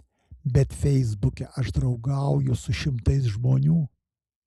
bet feisbuke aš draugauju su šimtais žmonių